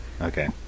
Okay